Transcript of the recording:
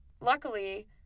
Luckily